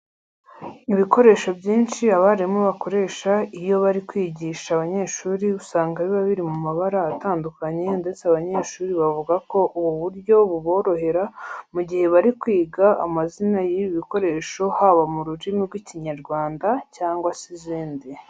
Ibikoresho byinshi abarimu bakoresha iyo bari kwigisha abanyeshuri usanga biba biri mu mabara atandukanye ndetse abanyeshuri bavuga ko ubu buryo buborohera mu gihe bari kwiga amazina y'ibi bikoresho haba mu rurimi rw'Ikinyarwanda cyangwa se n'izindi.